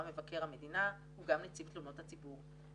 מבקר המדינה הוא גם נציב תלונות הציבור,